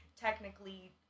technically